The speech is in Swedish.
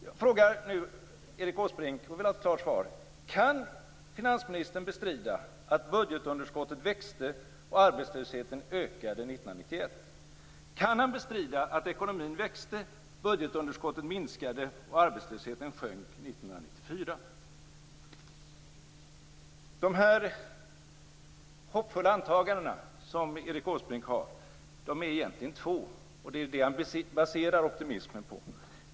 Jag frågar nu Erik Åsbrink, och jag vill ha ett klar svar: Kan finansministern bestrida att budgetunderskottet växte och arbetslösheten ökade 1991? Kan han bestrida att ekonomin växte, budgetunderskottet minskade och arbetslösheten sjönk 1994? De hoppfulla antaganden som Erik Åsbrink gör är egentligen två. Det är dem han baserar optimismen på.